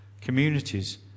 communities